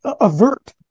avert